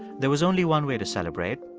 there was only one way to celebrate.